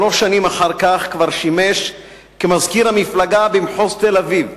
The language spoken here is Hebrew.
שלוש שנים אחר כך כבר שימש כמזכיר המפלגה במחוז תל-אביב.